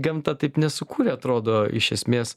gamta taip nesukūrė atrodo iš esmės